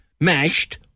mashed